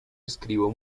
escribo